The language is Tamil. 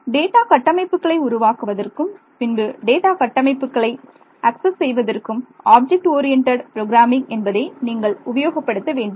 டேட்டா கட்டமைப்புக்களை உருவாக்குவதற்கும் பின்பு டேட்டா கட்டமைப்புகளை அக்சஸ் செய்வதற்கும் ஆப்ஜெக்ட் ஓரியண்டடு புரோகிராமிங் என்பதை நீங்கள் உபயோகப்படுத்த வேண்டும்